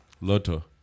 Lotto